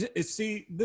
see